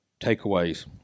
Takeaways